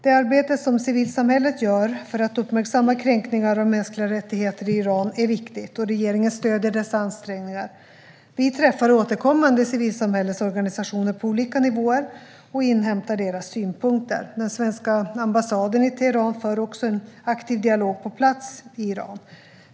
Det arbete som civilsamhället gör för att uppmärksamma kränkningar av mänskliga rättigheter i Iran är viktigt, och regeringen stöder dessa ansträngningar. Vi träffar återkommande civilsamhällesorganisationer på olika nivåer och inhämtar deras synpunkter. Den svenska ambassaden i Teheran för också en aktiv dialog på plats i Iran.